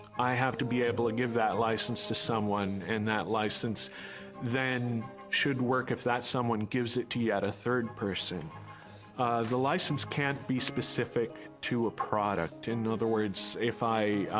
i have to be able to give that license to someone and that license then should work if that someone gives it to yet a third person the license can't be specific to a product in other words if i